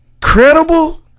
credible